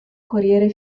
corriere